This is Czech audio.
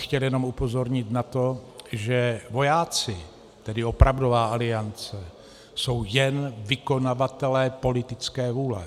Chtěl bych jenom upozornit na to, že vojáci, tedy opravdová Aliance, jsou jen vykonavatelé politické vůle.